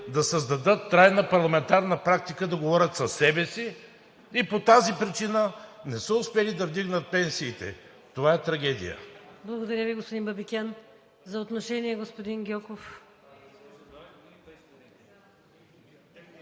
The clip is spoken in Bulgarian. да създадат трайна парламентарна практика да говорят със себе си, и по тази причина не са успели да вдигнат пенсиите. Това е трагедия!